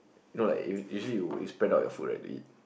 you know like if you usually you you spread out your food right to eat